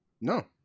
no